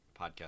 podcast